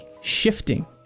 shifting